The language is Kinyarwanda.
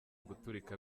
guturika